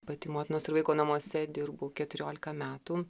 pati motinos ir vaiko namuose dirbu keturiolika metų